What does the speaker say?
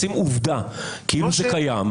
לשים עובדה כאילו היא קיימת.